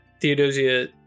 Theodosia